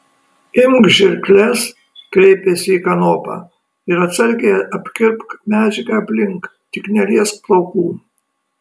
imk žirkles kreipėsi į kanopą ir atsargiai apkirpk medžiagą aplink tik neliesk plaukų